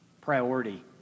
priority